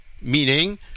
Meaning